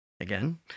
again